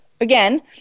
again